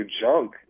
junk